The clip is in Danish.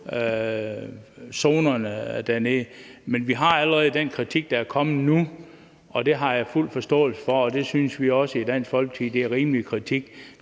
zonerne dernede. Men vi har allerede den kritik, der er kommet nu, og den har jeg fuld forståelse for, og vi synes også i Dansk Folkeparti, at det er rimelig kritik.